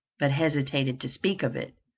but hesitated to speak of it,